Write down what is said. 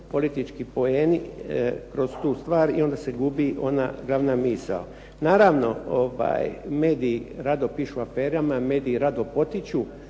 politički poeni kroz tu stvar i onda se gubi ona glavna misao. Naravno mediji rado pišu o aferama, mediji rado potiču